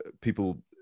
people